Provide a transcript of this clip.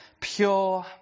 pure